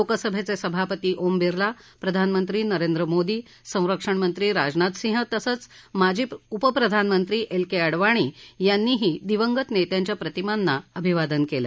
लोकसभेचे सभापती ओम बिर्ला प्रधानमंत्री नरेंद्र मोदी संरक्षणमंत्री राजनाथ सिंह तसंच माजी उपप्रधानमंत्री लालकृष्ण अडवाणी यांनीही दिवगत नेत्यांच्या प्रतिमांना अभिवादन केलं